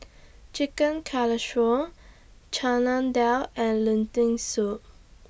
Chicken Casserole Chana Dal and Lentil Soup